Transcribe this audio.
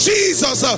Jesus